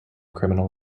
criminal